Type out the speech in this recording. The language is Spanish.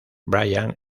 brian